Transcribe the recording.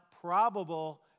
probable